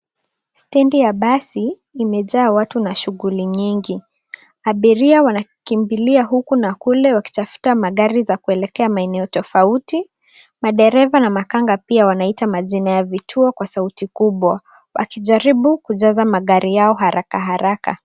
Stendi ya watu imejaa watu na shughuli nyingi. Abiria wanakimbia huku na kule wakitafuta magari za kuelekea maeneo tofauti. Madereva na makanga pia wanaita majina ya vituo kwa sauti kubwa wakijaribu kujaza magari yao kwa haraka.